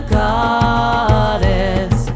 goddess